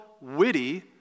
witty